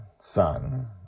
son